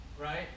right